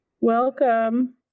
Welcome